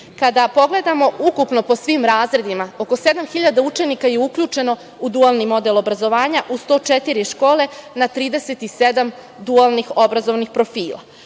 Kada pogledamo ukupno po svim razredima, oko 7000 učenika je uključeno u dualni model obrazovanja u 104 škole, na 37 dualnih obrazovnih profila. Prema